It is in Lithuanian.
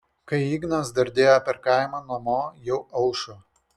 kai ignas dardėjo per kaimą namo jau aušo